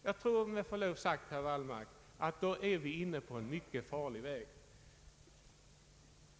Jag tror med förlov sagt, herr Wallmark, att då är vi inne på en mycket farlig väg.